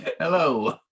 Hello